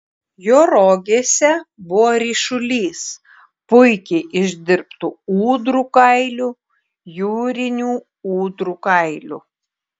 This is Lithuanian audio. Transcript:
jo rogėse buvo ryšulys puikiai išdirbtų ūdrų kailių jūrinių ūdrų kailių